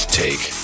take